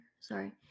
Sorry